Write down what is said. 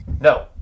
No